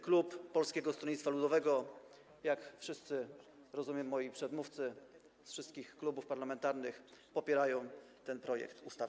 Klub Polskiego Stronnictwa Ludowego - jak wszyscy, rozumiem, moim przedmówcy z wszystkich klubów parlamentarnych - popiera ten projekt ustawy.